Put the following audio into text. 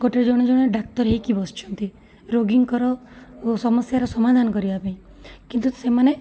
ଗୋଟେ ଜଣେ ଜଣେ ଡାକ୍ତର ହେଇକି ବସିଛନ୍ତି ରୋଗୀଙ୍କର ଓ ସମସ୍ୟାର ସମାଧାନ କରିବାପାଇଁ କିନ୍ତୁ ସେମାନେ